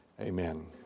amen